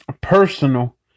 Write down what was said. personal